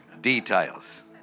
details